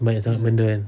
banyak sangat benda kan